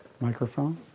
microphone